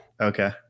Okay